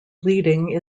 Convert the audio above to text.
bleeding